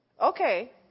Okay